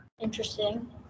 interesting